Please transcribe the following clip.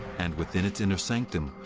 and within its inner sanctum,